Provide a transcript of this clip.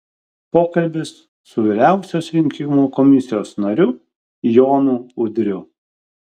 pokalbis su vyriausios rinkimų komisijos nariu jonu udriu